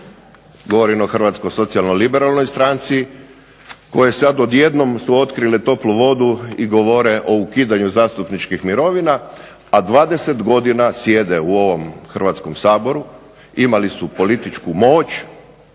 govorim o Hrvatsko socio-liberalnoj stranci koje sada odjednom su otkrili toplu vodu i govore o ukidanju zastupničkih mirovina a 20 godina sjede u ovom Hrvatskom saboru, imali su političku moć,